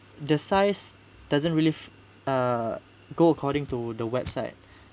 the size doesn't really uh go according to the website